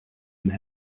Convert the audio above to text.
and